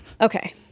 Okay